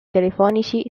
telefonici